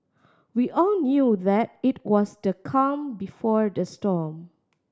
we all knew that it was the calm before the storm